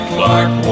Clark